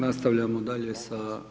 Nastavljamo dalje sa…